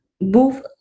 move